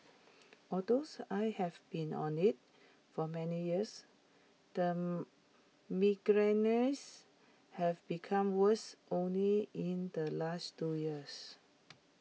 although I have been on IT for many years the migraines have become worse only in the last two years